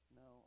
no